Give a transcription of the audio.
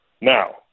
Now